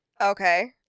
okay